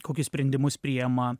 kokius sprendimus priima